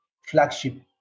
flagship